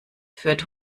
führt